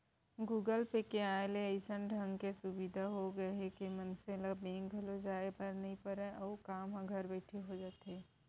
Google Pay के आय ले अइसन ढंग के सुभीता हो गए हे के मनसे ल बेंक घलौ जाए बर नइ परय अउ काम ह घर बइठे हो जाथे